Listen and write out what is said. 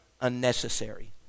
Unnecessary